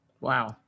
Wow